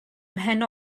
mhen